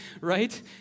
right